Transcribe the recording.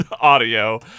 audio